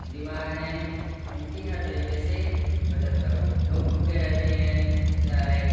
بیمار ہیں ان کی ہرطریقے سے مدد کروں لوگ بھوکے رہتے ہیں بیچارے